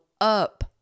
up